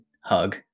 hug